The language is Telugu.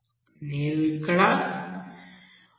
నేను ఇక్కడ 1